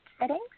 settings